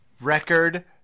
Record